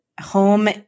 home